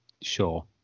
sure